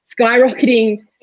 skyrocketing